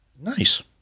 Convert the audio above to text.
Nice